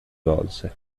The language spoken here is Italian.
volse